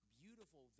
beautiful